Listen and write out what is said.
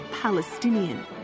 Palestinian